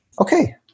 okay